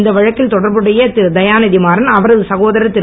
இந்த வழக்கில் தொடர்புடைய திரு தயாநிதி மாறன் அவரது சகோதரர் திரு